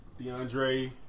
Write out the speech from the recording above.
DeAndre